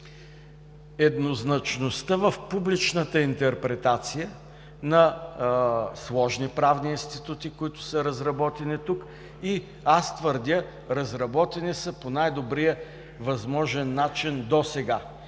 еднозначността в публичната интерпретация на сложни правни институти, които са разработени тук, и аз твърдя, разработени са по най-добрия възможен начин досега.